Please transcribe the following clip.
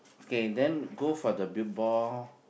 okay then go for the built ball